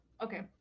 Okay